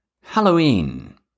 Halloween